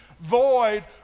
void